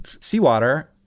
seawater